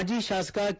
ಮಾಜಿ ಶಾಸಕ ಕೆ